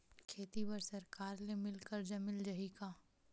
खेती बर सरकार ले मिल कर्जा मिल जाहि का?